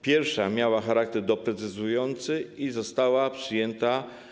Pierwsza miała charakter doprecyzowujący i została przyjęta.